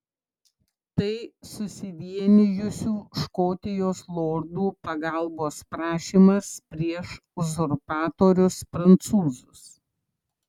tai susivienijusių škotijos lordų pagalbos prašymas prieš uzurpatorius prancūzus